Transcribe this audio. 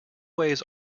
waves